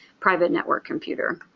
private networked computer.